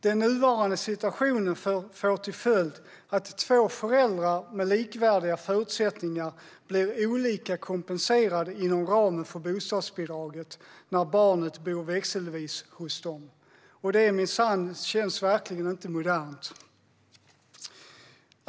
Den nuvarande situationen får till följd att två föräldrar med likvärdiga förutsättningar blir olika kompenserade inom ramen för bostadsbidraget när barnet bor växelvis hos dem, och det känns minsann verkligen inte modernt.